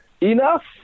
enough